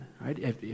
right